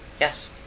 Yes